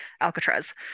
Alcatraz